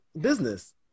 business